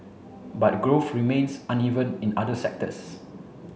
but growth remains uneven in other sectors